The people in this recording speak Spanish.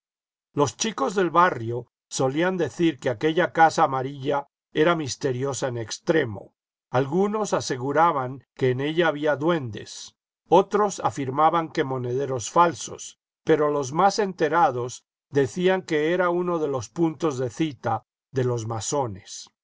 los chicos del barrio solían decir que aquella casa amarilla era misteriosa en extremo algunos aseguraban que en ella había duendes otros afirmaban que monederos falsos pero los más enterados decían que era uno de los puntos de cita de los masones